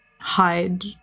hide